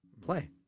play